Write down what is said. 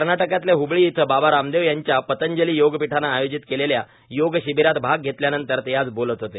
कर्नाटकातल्या हुबळी इथं बाबा रामदेव यांच्या पतंजली योगपीठानं आयोजित केलेल्या योग शिबिरात भाग घेतल्यानंतर ते आज बोलत होते